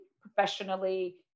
professionally